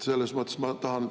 Selles mõttes ma tahan